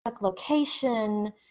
location